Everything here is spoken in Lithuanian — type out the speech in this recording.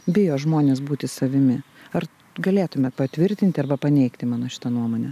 bijo žmones būti savimi ar galėtumėt patvirtinti arba paneigti mano šitą nuomonę